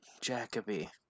Jacoby